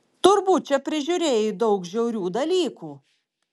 turbūt čia prisižiūrėjai daug žiaurių dalykų